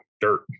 dirt